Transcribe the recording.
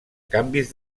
canvis